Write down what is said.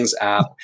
app